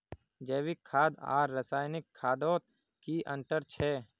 जैविक खाद आर रासायनिक खादोत की अंतर छे?